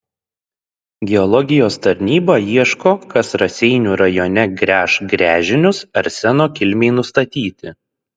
geologijos tarnyba ieško kas raseinių rajone gręš gręžinius arseno kilmei nustatyti